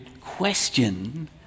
question